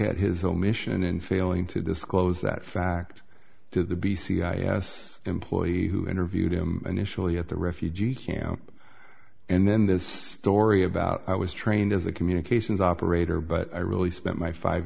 at his omission in failing to disclose that fact to the b c i s employee who interviewed him initially at the refugee camp and then this story about i was trained as a communications operator but i really spent my five